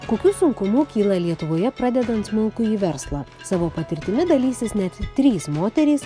kokių sunkumų kyla lietuvoje pradedant smulkųjį verslą savo patirtimi dalysis net trys moterys